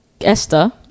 Esther